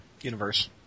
universe